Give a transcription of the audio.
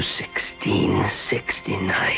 1669